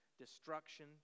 destruction